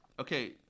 Okay